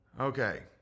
Okay